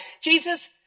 Jesus